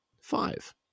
five